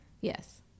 Yes